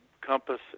compass